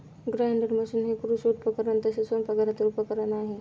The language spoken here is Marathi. ग्राइंडर मशीन हे कृषी उपकरण तसेच स्वयंपाकघरातील उपकरण आहे